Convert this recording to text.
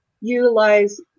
utilize